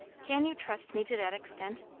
can you trust me to that extent?